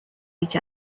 each